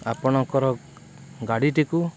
ଆପଣଙ୍କର ଗାଡ଼ିଟିକୁ